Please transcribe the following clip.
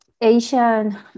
Asian